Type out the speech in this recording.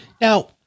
now